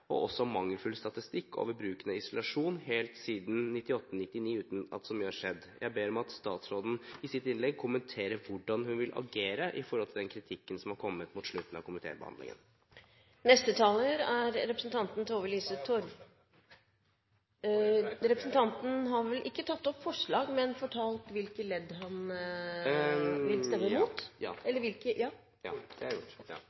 og departementet om disse temaene, og også om mangelfull statistikk over bruken av isolasjon helt siden 1998–1999, uten at så mye har skjedd. Jeg ber om at statsråden i sitt innlegg kommenterer hvordan hun vil agere med tanke på den kritikken som er kommet mot slutten av komitébehandlingen. Saken som vi nå har til behandling og debatt, dreier seg om flere endringer i straffeloven, straffeprosessloven og straffegjennomføringsloven. Regjeringspartiene støtter de framlagte forslagene. Jeg